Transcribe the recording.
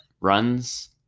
runs